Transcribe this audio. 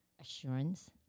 assurance